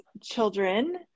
children